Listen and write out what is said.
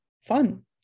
fun